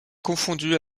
confondues